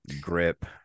grip